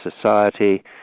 society